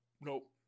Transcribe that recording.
nope